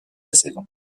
saison